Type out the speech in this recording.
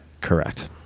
Correct